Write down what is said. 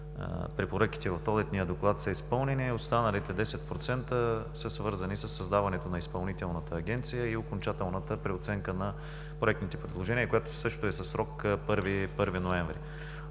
препоръките в Одитния доклад са изпълнени, останалите 10% са свързани със създаването на Изпълнителната агенция и окончателната преоценка на проектните предложения, която също е със срок 1 ноември.